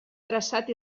traçat